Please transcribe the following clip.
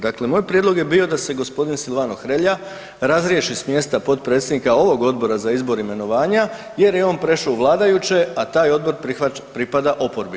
Dakle, moj prijedlog je bio da se g. Silvano Hrelja razriješi s mjesta potpredsjednika ovog Odbora za izbor i imenovanja jer je on prešao u vladajuće, a taj Odbor pripada oporbi.